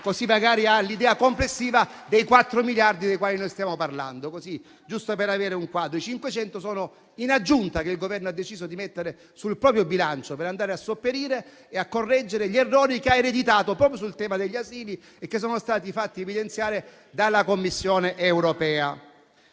così magari si ha l'idea complessiva dei 4 miliardi dei quali stiamo parlando. I 500 milioni sono in aggiunta e il Governo ha deciso di metterli sul proprio bilancio per andare a sopperire e correggere gli errori che ha ereditato proprio sul tema degli asili e che sono stati evidenziati dalla Commissione europea.